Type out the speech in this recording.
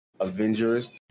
Avengers